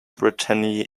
brittany